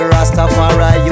Rastafari